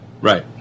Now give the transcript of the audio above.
Right